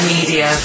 Media